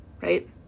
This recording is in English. right